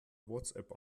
whatsapp